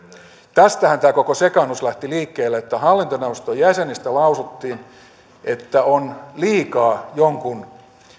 tästähän tämä koko sekaannus lähti liikkeelle että hallintoneuvoston jäsenistä lausuttiin että on liikaa jonkun